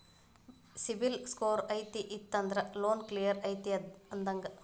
CIBIL score high ಇತ್ತಂದ್ರ loan clear ಐತಿ ಅಂದಂಗ